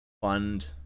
fund